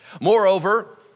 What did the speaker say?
Moreover